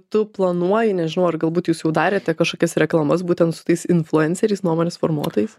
tu planuoji nežinau ar galbūt jūs jau darėte kažkokias reklamas būtent su tais influenceriais nuomonės formuotojais